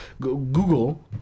Google